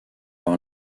par